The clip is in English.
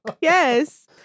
Yes